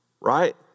right